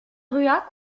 rua